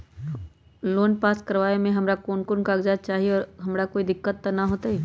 Loan pass करवावे में हमरा कौन कौन कागजात चाही और हमरा कोई दिक्कत त ना होतई?